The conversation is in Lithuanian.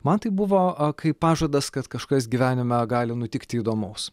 man tai buvo kaip pažadas kad kažkas gyvenime gali nutikti įdomaus